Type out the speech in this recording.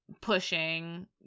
pushing